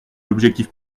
l’objectif